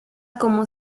como